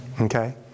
Okay